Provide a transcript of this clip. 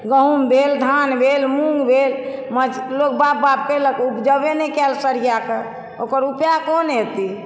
गहूँम भेल धान भेल मूङ्ग भेल मझ लोक बाप बाप कयलक उपजेबे नहि कयल सरिआ कऽ ओकर उपाय कोन हेतै